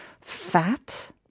fat